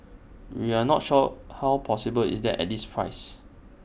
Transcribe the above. we're not sure how possible is that at this price